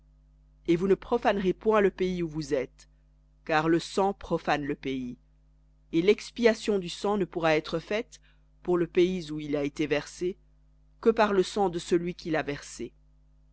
et vous ne profanerez point le pays où vous êtes car le sang profane le pays et l'expiation du sang ne pourra être faite pour le pays où il a été versé que par le sang de celui qui l'a versé